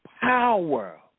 power